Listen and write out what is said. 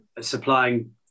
supplying